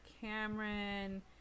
Cameron